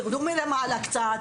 תרדו מלמעלה קצת,